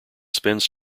spends